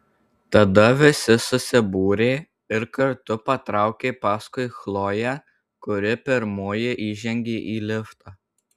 tada visi susibūrė ir kartu patraukė paskui chloję kuri pirmoji įžengė į liftą